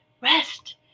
rest